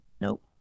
Nope